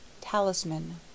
Talisman